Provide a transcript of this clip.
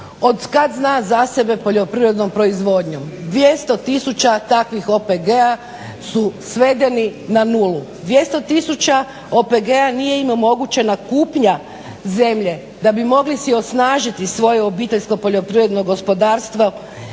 otkad zna za sebe poljoprivrednom proizvodnjom. 200 tisuća takvih OPG-a su svedeni na nulu. 200 tisuća OPG-a nije im omogućena kupnja zemlje da bi mogli si osnažiti svoje obiteljsko poljoprivredno gospodarstvo,